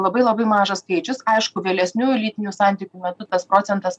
labai labai mažas skaičius aišku vėlesnių lytinių santykių metu tas procentas